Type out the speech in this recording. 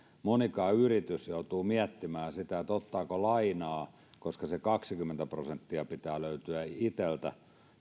moni yritys joutuu miettimään sitä ottaako lainaa koska se kaksikymmentä prosenttia pitää löytyä itseltä